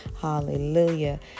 hallelujah